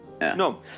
No